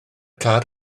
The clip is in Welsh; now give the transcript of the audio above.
car